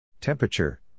Temperature